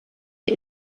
der